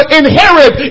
inherit